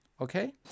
Okay